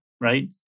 Right